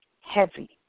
heavy